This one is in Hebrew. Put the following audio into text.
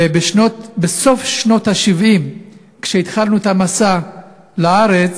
ובסוף שנות ה-70, כשהתחלנו את המסע לארץ,